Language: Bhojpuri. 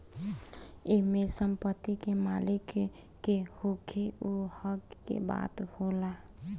एमे संपत्ति के मालिक के होखे उ हक के बात होला